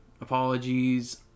apologies